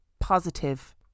positive